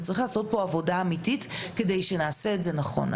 וצריכה להיעשות פה עבודה אמיתית כדי שנעשה את זה נכון.